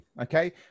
okay